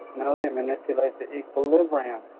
no they manipulate the equilibrium